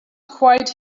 quite